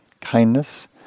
kindness